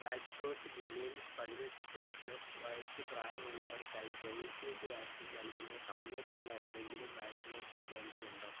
രാജ്കോട്ട് ജില്ലയിൽ പതിനെട്ട് പ്ലസ് വയസ്സ് പ്രായമുള്ളവർക്കായി കോവിഷീൽഡ് വാക്സിൻ നൽകുന്ന സമീപത്തുള്ള ഏതെങ്കിലും വാക്സിനേഷൻ കേന്ദ്രമുണ്ടോ